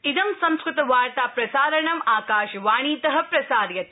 इद संस्कृतवार्ता प्रसारणम् आकाशवाणीत प्रसार्यते